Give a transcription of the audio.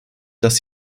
dass